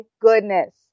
goodness